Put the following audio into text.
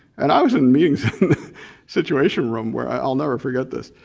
and i mean situation room, where i'll never forget this,